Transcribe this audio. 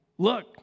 Look